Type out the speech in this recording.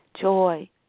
joy